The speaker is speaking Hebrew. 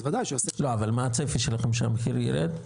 אז ודאי שהוא -- לא אבל מה הצפי שלכם שהמחיר ירד?